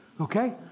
Okay